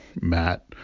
Matt